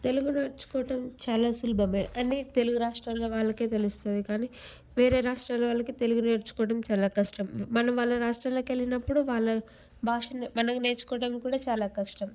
తెలుగు నేర్చుకోవటం చాలా సులభమే అని తెలుగు రాష్ట్రాల వాళ్ళకే తెలుస్తుంది కానీ వేరే రాష్ట్రాల వాళ్ళకి తెలుగు నేర్చుకోవడం చాలా కష్టం మనం వాళ్ళ రాష్ట్రాలకెళ్ళినప్పుడు వాళ్ళ భాషను మనం నేర్చుకోవడం కూడా చాలా కష్టం